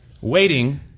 Waiting